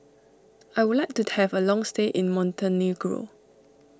I would like to have a long stay in Montenegro